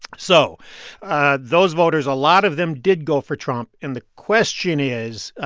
so those voters a lot of them did go for trump. and the question is,